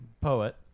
poet